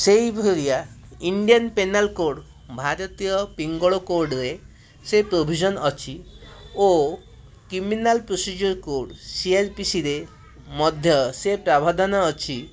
ସେଇଭଳିଆ Indian penal କୋଡ଼୍ରେ ଭାରତୀୟ ପିଙ୍ଗଳ କୋଡ଼୍ରେ ସେ ପ୍ରୋଭିଜନ୍ ଅଛି ଓ କ୍ରିମିନାଲ୍ ପ୍ରୋସିଜିଅର୍ କୋଡ଼୍ ସିଆର୍ପିସିରେ ମଧ୍ୟ ସେ ପ୍ରାଭାଧାନ ଅଛି